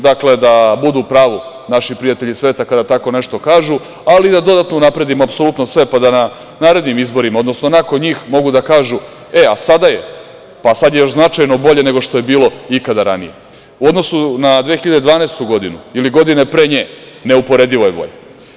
Dakle, da budu u pravu naši prijatelji iz sveta kada tako nešto, ali i da dodatno unapredimo apsolutno sve, pa da narednim izborima, odnosno nakon njih, mogu da kaže - e, a sada je još značajno bolje nego što je bilo ikada ranije, u odnosu na 2012. godinu ili godine pre nje, neuporedivo je bolje.